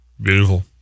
beautiful